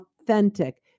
authentic